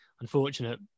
unfortunate